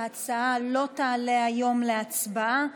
ההצעה לא תעלה היום להצבעה,